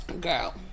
Girl